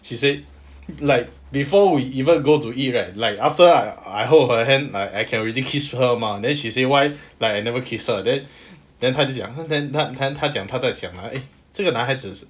she said like before we even go to eat right like after I hold her hand like I can already kiss her mah then she say why like I never kiss her like that then then 她就讲 then 她她讲她在想 eh 这个男孩子